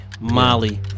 Molly